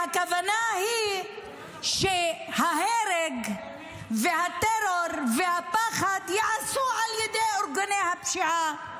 והכוונה היא שההרג והטרור והפחד ייעשו על ידי ארגוני הפשיעה,